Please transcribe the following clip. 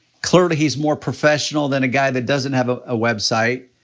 clearly he's more professional than a guy that doesn't have ah a website.